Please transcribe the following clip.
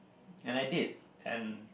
and I did and